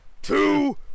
Two